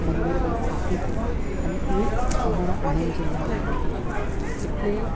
મંદિરમાં સ્થાપી હતી અને એ અમારા આણંદ જિલ્લામાં આવેલું છે એટલે